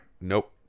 Nope